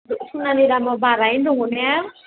सनानि दामा बारायैनो दङ ने